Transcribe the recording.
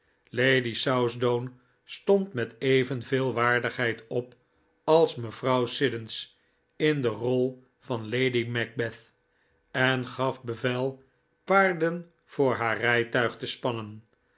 lady southdown stond met evenveel waardigheid op als mevrouw siddons in de rol van lady macbeth en gaf bevel paarden voor haar rijtuig te spannen